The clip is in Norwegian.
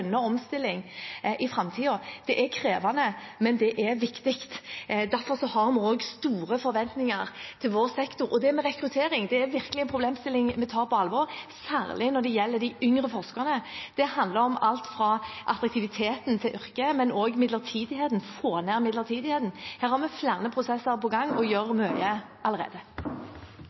omstilling i framtiden. Det er krevende, men det er viktig. Derfor har vi store forventninger til vår sektor. Det med rekruttering er virkelig en problemstilling vi tar på alvor, særlig når det gjelder de yngre forskerne. Det handler om alt fra attraktiviteten til yrket, men også midlertidigheten, å få ned midlertidigheten. Her har vi flere prosesser på gang og gjør mye allerede.